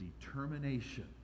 determination